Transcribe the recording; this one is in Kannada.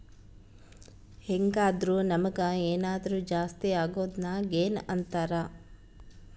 ಹೆಂಗಾದ್ರು ನಮುಗ್ ಏನಾದರು ಜಾಸ್ತಿ ಅಗೊದ್ನ ಗೇನ್ ಅಂತಾರ